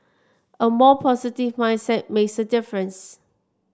a more positive mindset makes a difference